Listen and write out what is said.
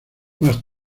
más